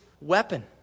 weapon